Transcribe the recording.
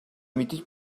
мэдэж